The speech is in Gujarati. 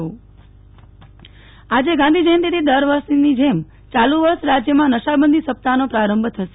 નેહલ ઠક્કર નશાબંધી સપ્તાહ આજે ગાંધીજયંતિથી દર વર્ષની જેમ ચાલુ વર્ષ રાજ્યમાં નશાબંધી સપ્તાહનો પ્રારંભ થશે